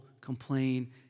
complain